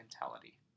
mentality